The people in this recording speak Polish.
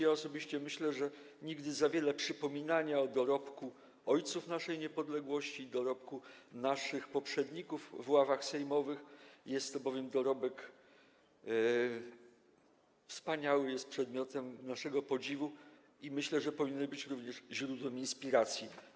Ja osobiście myślę, że nigdy za wiele przypominania o dorobku ojców naszej niepodległości i dorobku naszych poprzedników w ławach sejmowych, jest to bowiem dorobek wspaniały, jest przedmiotem naszego podziwu i myślę, że powinien być również źródłem inspiracji.